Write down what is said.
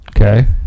Okay